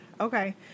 Okay